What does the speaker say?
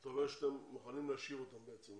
אתה אומר שאתם מוכנים להשאיר אותם בעצם,